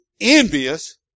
envious